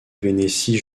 vénétie